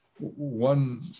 one